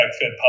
Fed